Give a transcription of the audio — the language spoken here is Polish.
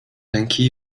ręki